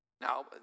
Now